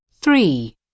Three